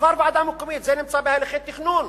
עבר ועדה מקומית, זה נמצא בהליכי תכנון.